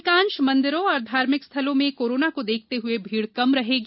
अधिकांश मंदिरों और घार्मिक स्थलों में कोरोना को देखते हुए भीड़ कम रहेगी